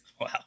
Wow